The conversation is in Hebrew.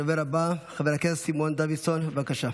הדובר הבא, חבר הכנסת סימון דוידסון, בבקשה.